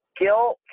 guilt